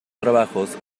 trabajos